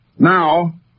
Now